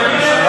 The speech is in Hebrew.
בנימין נתניהו.